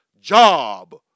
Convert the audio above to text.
job